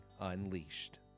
unleashed